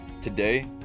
Today